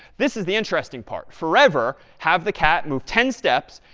this is the interesting part. forever have the cat moved ten steps.